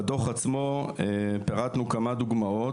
בדו"ח עצמו פירטנו כמה דוגמאות,